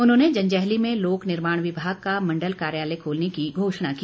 उन्होंने जंजैहली में लोक निर्माण विभाग का मंडल कार्यालय खोलने की घोषणा की